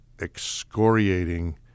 excoriating